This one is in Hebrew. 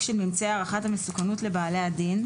של ממצאי הערכת המסוכנות לבעלי הדין,